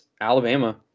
Alabama